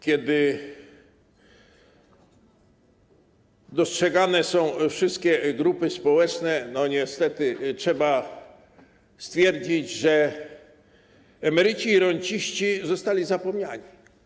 Kiedy dostrzegane są wszystkie grupy społeczne, to niestety trzeba stwierdzić, że emeryci i renciści zostali zapomniani.